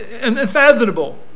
unfathomable